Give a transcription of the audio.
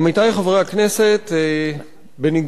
חבר הכנסת חנין, בבקשה.